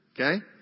Okay